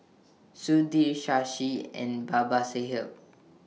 Sudhir Shashi and Babasaheb